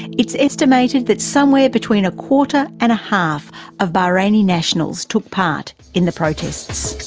it's estimated that somewhere between a quarter and a half of bahraini nationals took part in the protests.